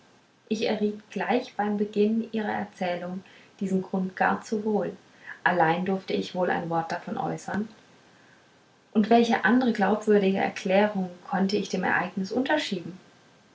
ich erriet gleich beim beginn ihrer erzählung diesen grund gar zu wohl allein durfte ich wohl ein wort davon äußern and welche andere glaubwürdige erklärung konnte ich dem ereignis unterschieben